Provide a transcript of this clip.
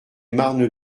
marnes